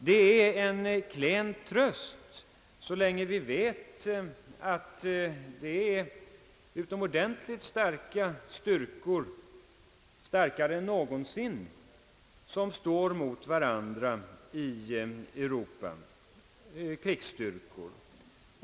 Det är en klen tröst så länge vi vet att utomordentligt starka krigsstyrkor — starkare än någonsin — står emot varandra i Europa.